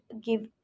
give